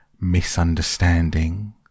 misunderstanding